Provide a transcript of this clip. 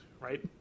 right